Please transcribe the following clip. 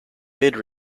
bid